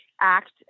act